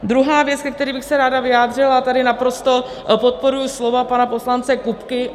Druhá věc, ke které bych se ráda vyjádřila, tady naprosto podporuji slova pana poslance Kupky.